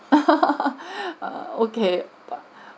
okay